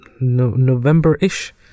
November-ish